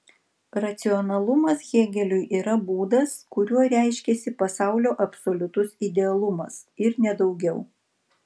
racionalumas hėgeliui yra būdas kuriuo reiškiasi pasaulio absoliutus idealumas ir ne daugiau